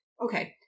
okay